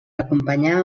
acompanyar